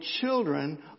children